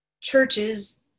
churches